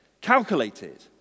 calculated